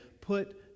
put